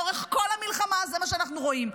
לאורך כל המלחמה, זה מה שאנחנו רואים.